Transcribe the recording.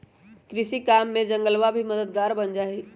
कृषि काम में जंगलवा भी मददगार बन जाहई